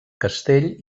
castell